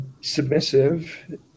submissive